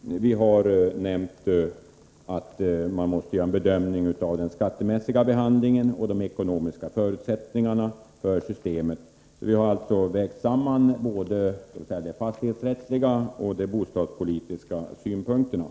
vi har nämnt att man måste göra en bedömning av den skattemässiga behandlingen och de ekonomiska förutsättningarna för systemet. Vi har således vägt samman både de fastighetsrättsliga och de bostadspolitiska synpunkterna.